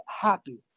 happy